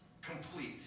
complete